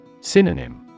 Synonym